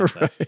Right